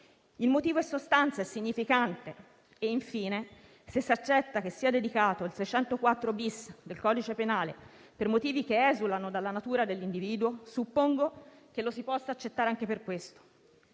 Il motivo è sostanza, è significante e infine, se si accetta che si sia dedicato il 604*-bis* del codice penale per motivi che esulano dalla natura dell'individuo, suppongo che lo si possa accettare anche per questo.